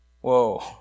Whoa